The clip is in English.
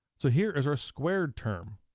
so here is our squared term.